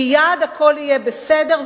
מייד הכול יהיה בסדר,